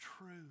truth